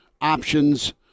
options